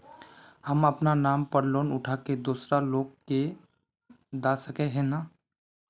हम अपना नाम पर लोन उठा के दूसरा लोग के दा सके है ने